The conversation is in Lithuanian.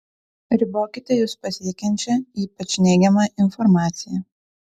ribokite jus pasiekiančią ypač neigiamą informaciją